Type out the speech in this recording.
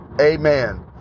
Amen